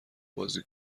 بازی